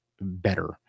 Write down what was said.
better